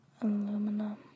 Aluminum